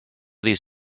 these